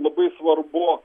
labai svarbu